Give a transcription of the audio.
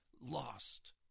lost